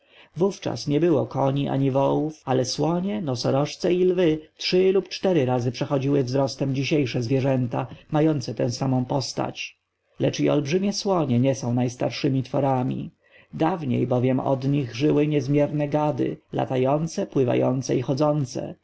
wówczas nie było koni ani wołów ale słonie nosorożce i lwy trzy lub cztery razy przechodziły wzrostem dzisiejsze zwierzęta mające tę samą postać lecz i olbrzymie słonie nie są najstarszemi potworami dawniej bowiem od nich żyły niezmierne gady latające pływające i chodzące